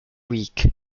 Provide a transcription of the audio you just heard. weak